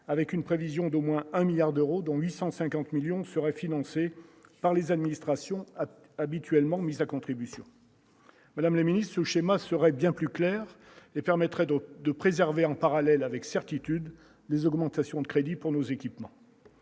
avec une prévision d'au moins 1 milliard d'euros, dont 850 millions seraient financés par les administrations habituellement mises à contribution, madame la ministre, schéma serait bien plus clair et permettrait donc de préserver en parallèle avec certitude les augmentations de crédits pour nos équipements